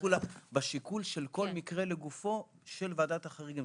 בשיקול של כל מקרה לגופו של ועדת החריגים.